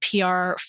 PR